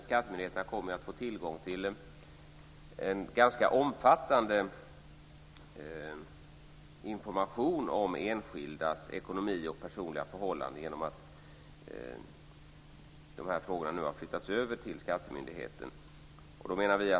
Skattemyndigheterna kommer att få tillgång till en ganska omfattande information om enskildas ekonomi och personliga förhållanden genom att dessa frågor nu har flyttats över till skattemyndigheten.